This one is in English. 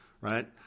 Right